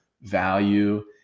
value